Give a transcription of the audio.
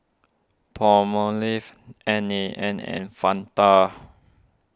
Palmolive N A N and Fanta